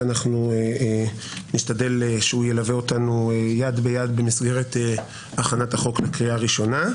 ואנחנו נשתדל שהוא ילווה אותנו יד ביד במסגרת הכנת החוק לקריאה ראשונה.